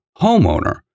homeowner